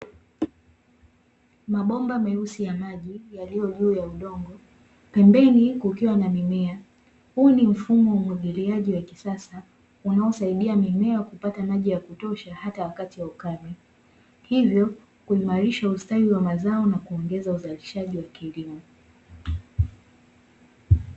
Mabomba meusi ya maji yaliyojuu ya udongo, pembeni kukiwa na mimea. Huu ni mfumo wa umwagiliaji wa kisasa unaosaidia mimea kupata maji ya kutosha hata wakai wa ukame, hivyo kuimarisha ustawi wa mazao na kuongeza uzalishaji wa kilimo.